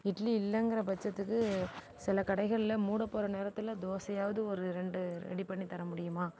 இட்லி இல்லைங்கற பட்சத்துக்கு சில கடைகளில் மூட போகற நேரத்தில் தோசையாவுது ஒரு ரெண்டு ரெடி பண்ணி தர முடியுமா